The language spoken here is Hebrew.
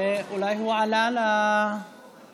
אולי הוא עלה ליציע?